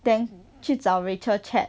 then 去找 rachel chat